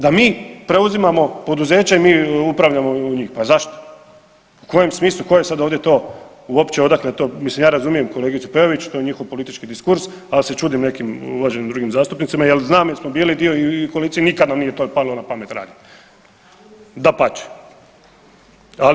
Da mi preuzimamo poduzeća i mi upravljamo njima, pa zašto, u kojem smislu, tko je sad ovdje to, uopće odakle to, mislim ja razumijem kolegicu Peović, to je njihov politički diskurs, al se čudim nekim uvaženim drugim zastupnicima jel znam jel smo bili dio i koalicije i nikad nam nije to palo na pamet radit, dapače.